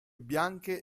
bianche